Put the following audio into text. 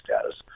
status